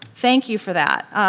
thank you for that.